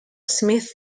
smith